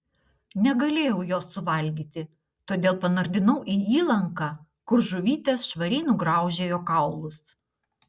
negalėjau jo suvalgyti todėl panardinau į įlanką kur žuvytės švariai nugraužė jo kaulus